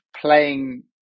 playing